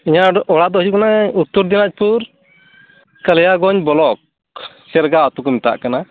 ᱤᱧᱟᱹᱜ ᱫᱚ ᱚᱲᱟᱜ ᱫᱚ ᱦᱩᱭᱩᱜ ᱠᱟᱱᱟ ᱩᱛᱛᱚᱨ ᱫᱤᱱᱟᱡᱽᱯᱩᱨ ᱠᱟᱞᱤᱭᱟᱜᱚᱧᱡᱽ ᱵᱞᱚᱠ ᱥᱮᱨᱜᱟ ᱟᱛᱩ ᱠᱚ ᱢᱮᱛᱟᱜ ᱠᱟᱱᱟ